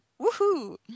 Woohoo